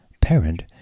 parent